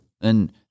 and-